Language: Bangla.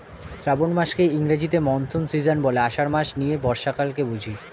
শ্রাবন মাসকে ইংরেজিতে মনসুন সীজন বলে, আষাঢ় মাস নিয়ে বর্ষাকালকে বুঝি